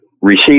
receive